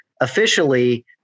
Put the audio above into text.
officially